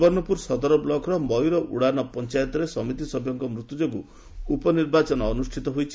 ସୁବର୍ଷ୍ଡପୁର ସଦର ବ୍ଲକର ମୟୁର ଓଡ଼ାନ ପଞାୟତର ସମିତିସଭ୍ୟଙ୍କ ମୃତ୍ୟୁଯୋଗୁ ଉପନିର୍ବାଚନ ଅନୁଷିତ ହୋଇଛି